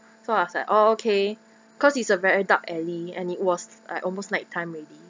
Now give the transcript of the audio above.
so I was like oh okay cause it's a very dark alley and it was like almost night time already